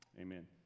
Amen